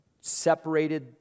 separated